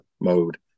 mode